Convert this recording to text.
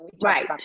Right